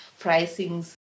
pricings